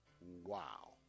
Wow